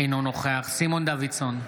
אינו נוכח סימון דוידסון,